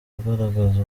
ugaragaza